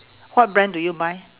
what brand do you buy